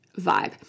vibe